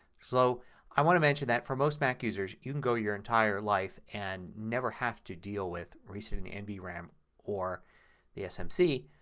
so i want to mention that for most mac users you can go your entire life and never have to deal with resetting the and nvram or um or the smc.